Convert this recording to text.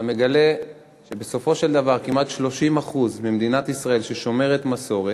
אתה מגלה שבסופו של דבר כמעט 30% ממדינת ישראל שומרים מסורת,